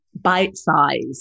bite-sized